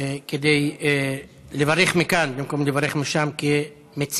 כדי לברך מכאן, במקום לברך משם כמציע.